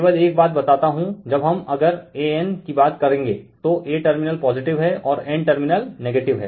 केवल एक बात बताता हू जब हम अगर an कि बात करेंगे तो a टर्मिनल पॉजिटिव हैं और n टर्मिनल नेगेटिव हैं